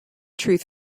truth